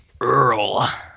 Earl